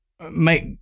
make